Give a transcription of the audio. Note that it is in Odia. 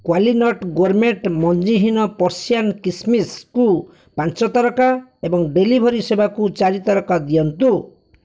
କ୍ଵାଲିନଟ୍ ଗୋର୍ମେଟ୍ ମଞ୍ଜିହୀନ ପର୍ସିୟାନ କିସମିସ୍କୁ ପାଞ୍ଚ ତାରକା ଏବଂ ଡେଲିଭରି ସେବାକୁ ଚାରି ତାରକା ଦିଅନ୍ତୁ